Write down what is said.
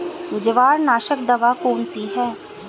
जवार नाशक दवा कौन सी है?